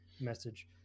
message